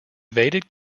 evaded